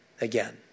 again